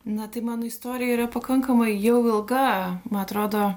na tai mano istorija yra pakankamai jau ilga man atrodo